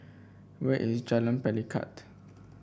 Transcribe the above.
where is Jalan Pelikat